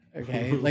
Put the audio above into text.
Okay